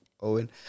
Owen